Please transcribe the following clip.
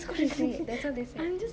that's what they say that's what they say